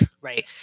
right